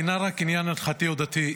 אינה רק עניין הלכתי או דתי,